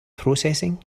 processing